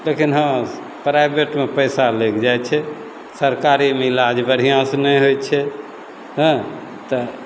लेकिन हँ प्राइवेटमे पइसा लागि जाइ छै सरकारीमे इलाज बढ़िआँसे नहि होइ छै हँ तऽ